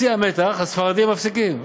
בשיא המתח, הספרדים מפסיקים.